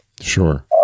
sure